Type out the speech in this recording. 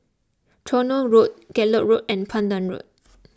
Tronoh Road Gallop Road and Pandan Road